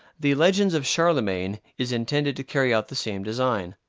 the legends of charlemagne is intended to carry out the same design.